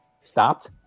stopped